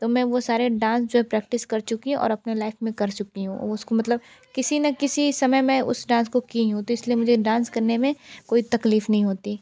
तो मैं वो सारे डांस जो है प्रैक्टिस कर चुकि हूँ और अपने लाइफ़ में कर चुकि हूँ उसको मतलब किसी ना किसी समय में उस डांस को की हूँ तो इस लिए मुझे डांस करने में कोई तकलीफ़ नहीं होती